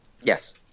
Yes